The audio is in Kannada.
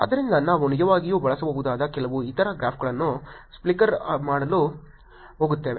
ಆದ್ದರಿಂದ ನಾವು ನಿಜವಾಗಿಯೂ ಬಳಸಬಹುದಾದ ಕೆಲವು ಇತರ ಗ್ರಾಫ್ಗಳನ್ನು ಸ್ಲಿಕ್ಕರ್ ಮಾಡಲು ಹೋಗುತ್ತೇವೆ